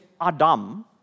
Adam